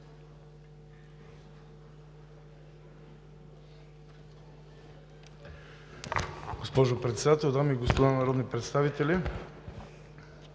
Госпожо Председател, дами и господа народни представители!